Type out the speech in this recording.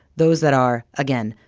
those that are again,